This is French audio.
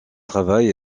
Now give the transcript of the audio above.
travail